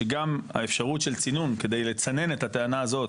שגם אפשרות של צינון כדי לצנן את הטענה הזאת